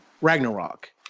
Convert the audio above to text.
Ragnarok